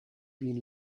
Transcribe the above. been